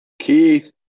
Keith